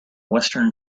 western